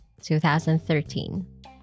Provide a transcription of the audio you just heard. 2013